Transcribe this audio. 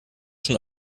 schon